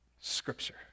Scripture